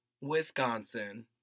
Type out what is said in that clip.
Wisconsin